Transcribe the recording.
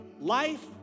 Life